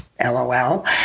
LOL